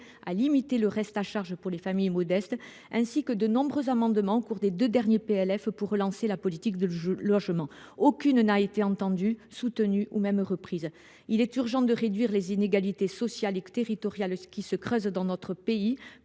de limiter le reste à charge pour les familles modestes, ainsi que le dépôt de nombreux amendements au cours des deux derniers projets de loi de finances pour relancer la politique de logement. Aucune de nos propositions n’a été entendue, soutenue, ou même reprise. Il est urgent de réduire les inégalités sociales et territoriales qui se creusent dans notre pays.